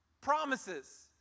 promises